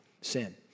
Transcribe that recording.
sin